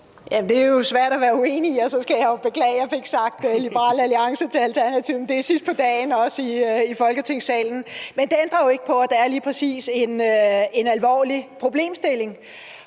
Det er jo svært at være uenig, og jeg skal også beklage, at jeg fik sagt Liberal Alliance til Alternativet. Men det er sidst på dagen, også i Folketingssalen. Men det ændrer ikke på, at der lige præcis er en alvorlig problemstilling.